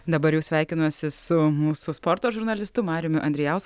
dabar jau sveikinuosi su mūsų sporto žurnalistu mariumi andrijausku